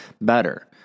better